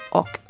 och